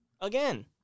again